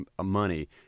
money